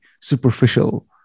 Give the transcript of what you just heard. superficial